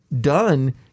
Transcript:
done